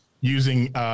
using